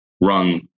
run